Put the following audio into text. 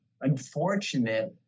unfortunate